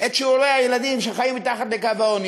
את שיעורי הילדים שחיים מתחת לקו העוני,